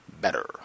better